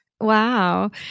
Wow